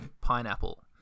pineapple